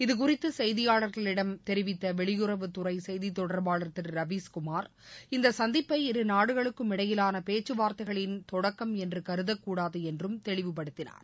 இது குறித்து செய்தியாளர்களிடம் தெரிவித்த வெளியுறவுத்துறை செய்தி தொடர்பாளர் திரு ரவீஸ்குமார் இந்த சந்திப்பை இரு நாடுகளுக்கும் இடையிலான பேச்சு வார்த்தைகளின் தொடக்கம் என்று கருதக்கூடாது என்றும் தெளிவுபடுத்தினார்